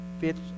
Fits